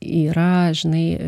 yra žinai